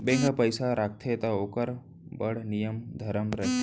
bank ह पइसा राखथे त ओकरो बड़ नियम धरम रथे